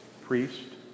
priest